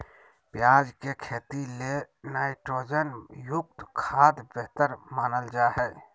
प्याज के खेती ले नाइट्रोजन युक्त खाद्य बेहतर मानल जा हय